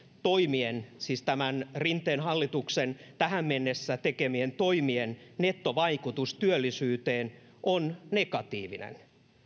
toimien siis tämän rinteen hallituksen tähän mennessä tekemien toimien nettovaikutus työllisyyteen on negatiivinen